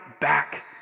back